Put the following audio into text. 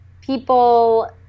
people